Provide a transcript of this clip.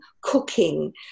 cooking